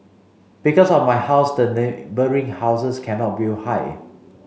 because of my house the neighbouring houses cannot build high